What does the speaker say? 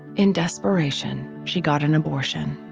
in desperation she got an abortion.